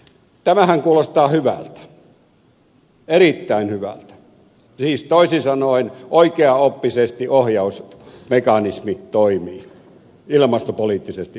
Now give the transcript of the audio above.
tämähän kuulostaa hyvältä erittäin hyvältä siis toisin sanoen oikeaoppisesti ohjausmekanismi toimii ilmastopoliittisesti oikein